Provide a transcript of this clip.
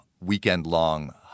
weekend-long